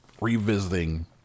revisiting